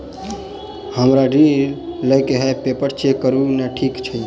हमरा ऋण लई केँ हय पेपर चेक करू नै ठीक छई?